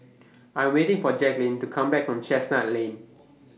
I Am waiting For Jacklyn to Come Back from Chestnut Lane